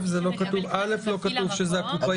קודם כול לא כתוב שזה הקופאית.